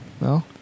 No